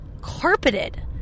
carpeted